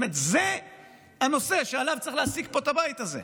זה הנושא שעליו צריך להעסיק פה את הבית הזה.